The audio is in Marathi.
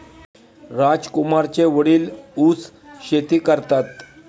राजकुमारचे वडील ऊस शेती करतात